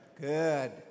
Good